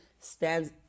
stands